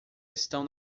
estão